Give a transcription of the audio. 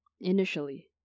initially